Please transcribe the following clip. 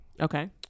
Okay